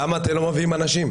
למה אתם לא מביאים אנשים?